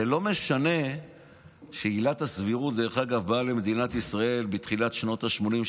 זה לא משנה שעילת הסבירות באה למדינת ישראל בתחילת שנות השמונים,